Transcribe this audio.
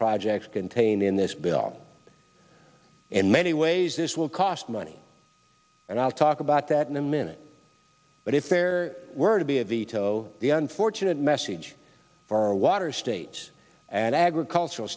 projects contained in this bill and many ways this will cost money and i'll talk about that in a minute but if there were to be a veto the unfortunate message for water states and agricultural